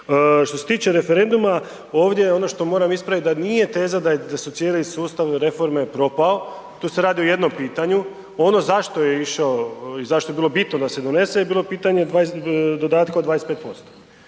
Što se tiče referenduma, ovdje ono što moram ispraviti da nije teza da su cijeli sustav reforme propao, tu se radi o jednom pitanju, ono zašto je išao i zašto je bilo bitno da se donese je bilo pitanje dodatka od 25%.